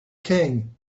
king